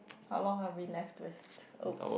how long are we left with !opps!